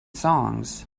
songs